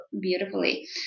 beautifully